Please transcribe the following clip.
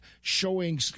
showing